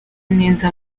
neza